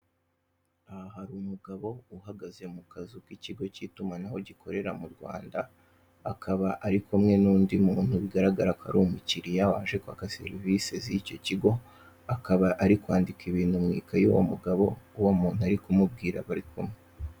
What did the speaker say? Aha hari umugabo uhagaze mu kazu k'ikigo k'itumanaho gikorera mu Rwanda, akaba ari kumwe n'undi muntu bigaragara ko ari umukiriya waje kwaka serivise z'icyo kigo akaba ari kwandika ibintu mu ikayi uwo mugabo uwo muntu ari kumubwira bari kumwe.